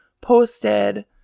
posted